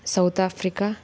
south Africa